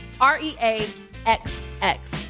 r-e-a-x-x